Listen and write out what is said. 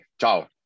ciao